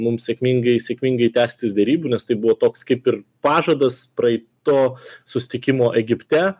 mums sėkmingai sėkmingai tęstis derybų nes tai buvo toks kaip ir pažadas praeito susitikimo egipte